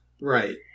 Right